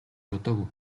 бодоогүй